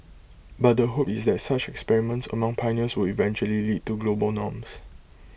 but the hope is that such experiments among pioneers would eventually lead to global norms